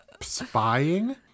Spying